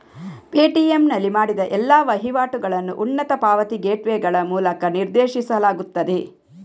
Paytm ನಲ್ಲಿ ಮಾಡಿದ ಎಲ್ಲಾ ವಹಿವಾಟುಗಳನ್ನು ಉನ್ನತ ಪಾವತಿ ಗೇಟ್ವೇಗಳ ಮೂಲಕ ನಿರ್ದೇಶಿಸಲಾಗುತ್ತದೆ